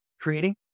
creating